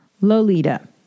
Lolita